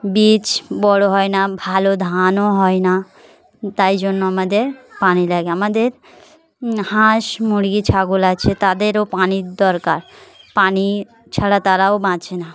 বীজ বড়ো হয় না ভালো ধানও হয় না তাই জন্য আমাদের পানি লাগে আমাদের হাঁস মুরগি ছাগল আছে তাদেরও পানির দরকার পানি ছাড়া তারাও বাঁচে না